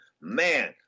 Man